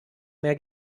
mehr